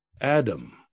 Adam